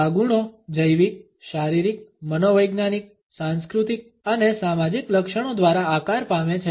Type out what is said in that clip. આ ગુણો જૈવિક શારીરિક મનોવૈજ્ઞાનિક સાંસ્કૃતિક અને સામાજિક લક્ષણો દ્વારા આકાર પામે છે